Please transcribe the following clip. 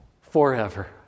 forever